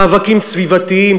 מאבקים סביבתיים,